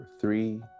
three